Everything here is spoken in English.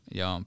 ja